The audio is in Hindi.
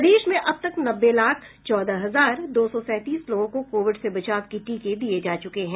प्रदेश में अब तक नब्बे लाख चौदह हजार दो सौ सैंतीस लोगों को कोविड से बचाव के टीके दिये जा चुके हैं